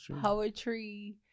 poetry